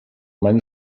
meine